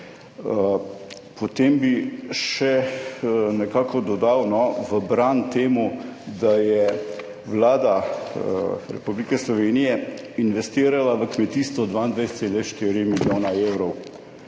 Potem bi še nekako dodal v bran temu, da je Vlada Republike Slovenije investirala v kmetijstvo 22,4 milijone evrov.